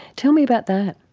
tell me about that.